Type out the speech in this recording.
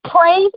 pray